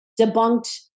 debunked